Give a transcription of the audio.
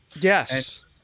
Yes